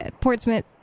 Portsmouth